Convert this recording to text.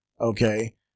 Okay